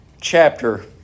chapter